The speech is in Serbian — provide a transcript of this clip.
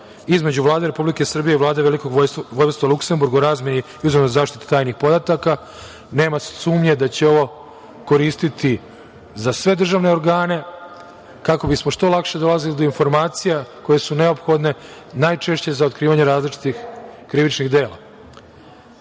između Vlade Republike Srbije i Vlade Velikog vojvodstva Luksemburg u razmeni i uzajamnoj zaštiti tajnih podataka. Nema sumnje da će ovo koristiti za sve državne organe, kako bismo što lakše dolazili do informacija koje su neophodno, najčešće za otkrivanje različitih krivičnih dela. Što